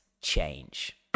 change